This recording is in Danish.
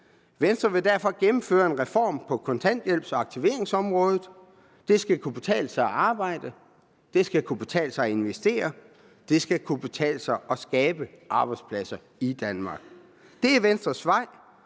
Venstre vil derfor gennemføre en reform på kontanthjælps- og aktiveringsområdet. Det skal kunne betale sig at arbejde. Det skal kunne betale sig at investere. Det skal kunne betale sig at skabe arbejdspladser i Danmark. Det er Venstres vej.